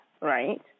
right